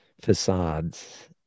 facades